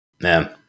Man